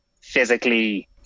physically